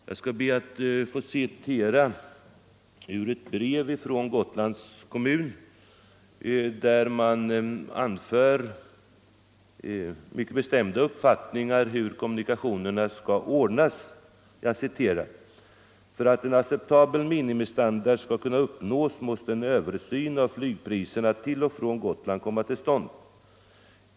Jag skall be att få citera ur ett brev från Gotlands kommun, i vilket kommunen anför mycket bestämda uppfattningar om hur kommunikationerna skall ordnas: ”För att en acceptabel minimistandard skall kunna uppnås måste en översyn av flygpriserna till och från Gotland komma till stånd.